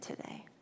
today